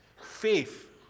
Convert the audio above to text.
faith